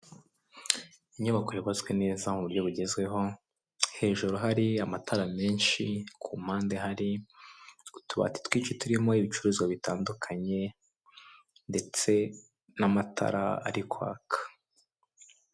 Inyubako yubatswe neza mu buryo bugezweho, hejuru hari amatara menshi, ku mpande hari utubati twinshi turimo ibicuruzwa bitandukanye ndetse n'amatara ari kwaka.